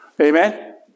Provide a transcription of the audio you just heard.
Amen